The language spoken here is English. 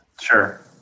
sure